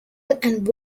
and